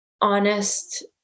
honest